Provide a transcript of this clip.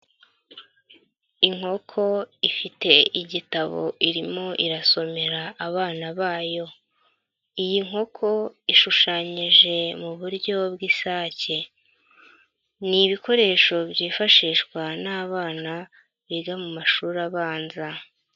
Inkoko ifite igitabo irimo irasomera abana bayo. Iyi nkoko ishushanyije mu buryo bw'isake. Ni ibikoresho byifashishwa n'abana, biga mu mashuri abanza.